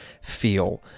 feel